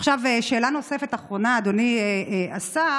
עכשיו שאלה נוספת ואחרונה, אדוני השר,